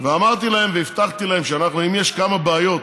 ואמרתי להם והבטחתי להם שאם יש כמה בעיות,